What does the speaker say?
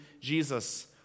Jesus